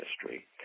history